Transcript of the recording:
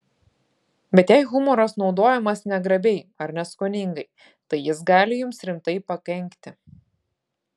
bet jei humoras naudojamas negrabiai ar neskoningai tai jis gali jums rimtai pakenkti